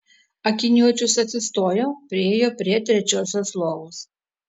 akiniuočius atsistojo priėjo prie trečiosios lovos